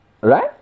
Right